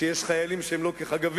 כשיש חיילים שהם לא כחגבים,